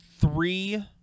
three